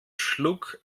schlug